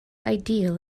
ideal